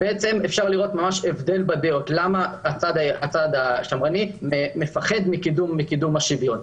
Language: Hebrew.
למה הצד השמרני מפחד מקידום השוויון?